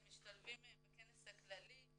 הם משתלבים בכנס הכללי.